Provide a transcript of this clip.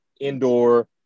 indoor